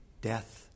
death